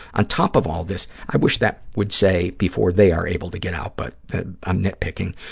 on top of all this, i wish that would say, before they are able to get out, but i'm nitpicking.